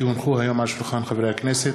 כי הונחו היום על שולחן הכנסת,